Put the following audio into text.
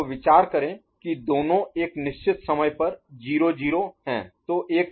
तो विचार करें कि दोनों एक निश्चित समय पर 0 0 हैं